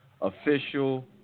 official